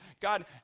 God